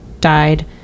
died